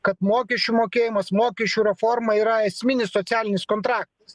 kad mokesčių mokėjimas mokesčių reforma yra esminis socialinis kontraktas